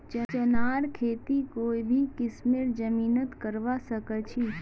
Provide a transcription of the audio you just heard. चनार खेती कोई भी किस्मेर जमीनत करवा सखछी